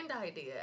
idea